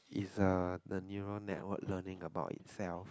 it's a the neural network learning about itself